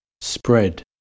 spread